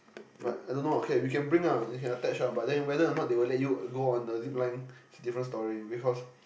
but I don't know ah okay you can bring ah you can attach ah but whether they will let you go on the Zipline it's a different story because